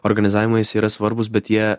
organizavimai visi yra svarbūs bet jie